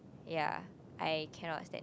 ya I cannot stand it